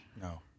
No